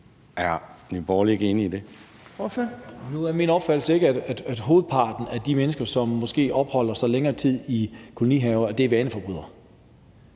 Er Nye Borgerlige ikke enig i det?